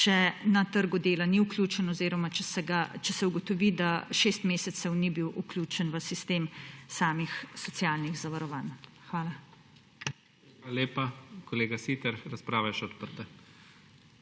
če na trgu dela ni vključen oziroma če se ugotovi, da šest mesecev ni bil vključen v sistem samih socialnih zavarovanj. Hvala. **PREDSEDNIK IGOR ZORČIČ:** Hvala lepa. Kolega Siter, razprava je še odprta.